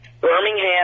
Birmingham